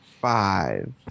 Five